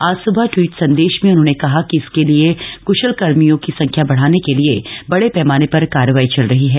आज सुबह ट्वीट संदेश में उन्होंने कहा कि इसके लिए कशल कर्मियों की संख्या बढाने के लिए बडे पैमाने पर कार्रवाई चल रही है